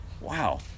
Wow